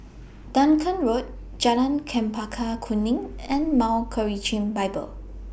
Dunearn Road Jalan Chempaka Kuning and Mount Gerizim Bible